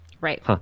Right